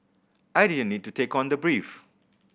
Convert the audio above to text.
I didn't need to take on the brief